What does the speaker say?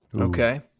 Okay